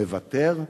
מוותר?